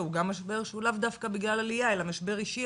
גם משבר שהוא לאו דווקא בגלל עלייה אלא משבר אישי,